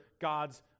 God's